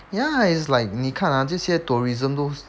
ya it's like 你看 ah 这些 tourism 都是